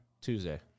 Tuesday